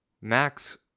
max